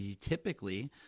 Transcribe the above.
typically